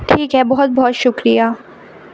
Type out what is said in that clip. ٹھیک ہے بہت بہت شکریہ